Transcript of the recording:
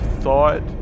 thought